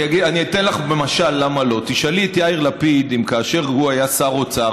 זה מלמד שכנראה יש פה דברים מאוד רציניים לבדוק,